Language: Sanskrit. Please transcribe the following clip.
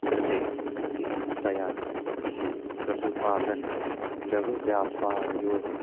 कृते अधिकतया कृषिपशुपालनलघुव्यापारयोः